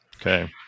Okay